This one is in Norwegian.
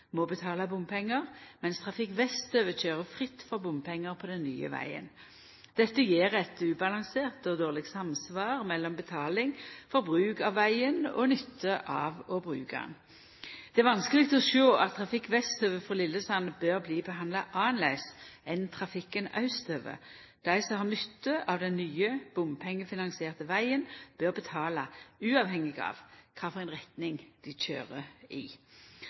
må betala bompengar, mens trafikk vestover køyrer fritt for bompengar på den nye vegen. Dette gjev eit ubalansert og dårleg samsvar mellom betaling for bruk av vegen og nytte av å bruka han. Det er vanskeleg å sjå at trafikk vestover frå Lillesand bør bli behandla annleis enn trafikken austover. Dei som har nytte av den nye bompengefinansierte vegen, bør betala, uavhengig av kva for retning dei køyrer i.